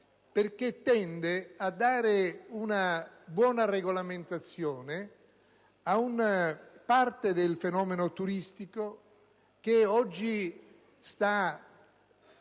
perché tende a dare una buona regolamentazione ad una parte di quel fenomeno turistico che oggi sta